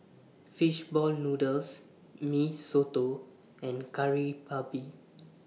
Fish Ball Noodles Mee Soto and Kari Babi